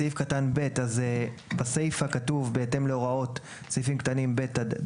בסעיף קטן (ב) אז בסיפה כתוב "בהתאם להוראות סעיפים קטנים (ב) עד (ד).